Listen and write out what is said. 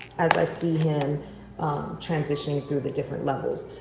as i see him transitioning through the different levels.